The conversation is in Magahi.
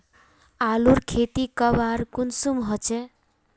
आलूर खेती कब आर कुंसम होचे?